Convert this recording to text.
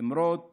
למרות